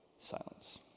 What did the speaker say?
silence